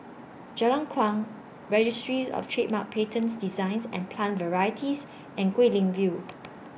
Jalan Kuang Registries of Trademarks Patents Designs and Plant Varieties and Guilin View